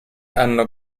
hanno